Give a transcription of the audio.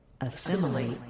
Assimilate